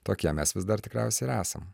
tokie mes vis dar tikriausiai ir esam